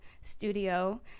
studio